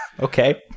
Okay